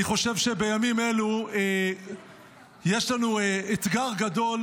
אני חושב שבימים אלו יש לנו אתגר גדול,